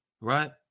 Right